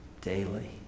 daily